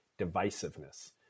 divisiveness